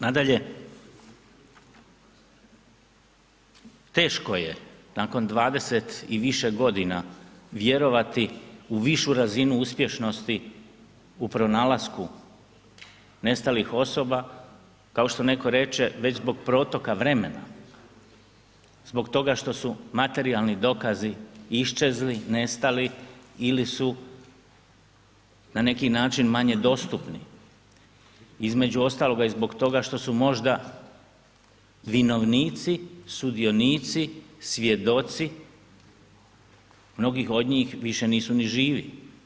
Nadalje, teško je nakon 20 i više godina vjerovati u višu razinu uspješnosti u pronalasku nestalih osoba kao što netko reče, već zbog protoka vremena, zbog toga što su materijalni dokazi iščezli, nestali ili su na neki način manje dostupni, između ostaloga i zbog toga što su možda vinovnici, sudionici, svjedoci mnogi od njih više nisu ni živi.